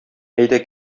әйдә